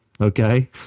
Okay